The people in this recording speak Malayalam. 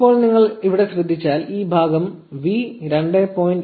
ഇപ്പോൾ നിങ്ങൾ ഇവിടെ ശ്രദ്ധിച്ചാൽ ഈ ഭാഗം v 2